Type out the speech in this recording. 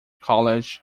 college